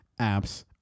apps